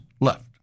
left